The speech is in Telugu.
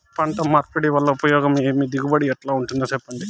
పంట మార్పిడి వల్ల ఉపయోగం ఏమి దిగుబడి ఎట్లా ఉంటుందో చెప్పండి?